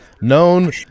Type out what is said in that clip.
Known